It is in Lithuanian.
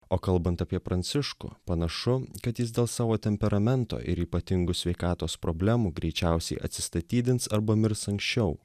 o kalbant apie pranciškų panašu kad jis dėl savo temperamento ir ypatingų sveikatos problemų greičiausiai atsistatydins arba mirs anksčiau